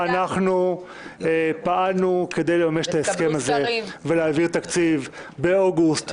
ואנחנו פעלנו כדי לממש את ההסכם הזה ולהעביר תקציב באוגוסט,